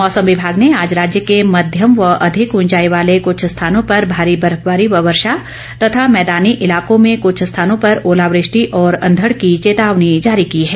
मौसम विभाग ने आज राज्य के माध्यम व अधिक ऊंचाई वाले कुछ स्थानों पर भारी बर्फवारी व वर्षा तथा मैदानी इलाकों में कुछ स्थानों पर ऑलावृष्टि और अंधड़ की चेतावनी जारी की है